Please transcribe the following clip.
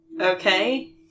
okay